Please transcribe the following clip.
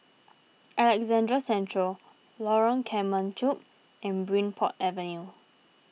Alexandra Central Lorong Kemunchup and Bridport Avenue